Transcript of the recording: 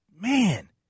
man